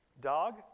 Dog